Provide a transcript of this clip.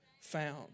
found